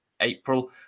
April